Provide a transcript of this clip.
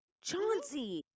chauncey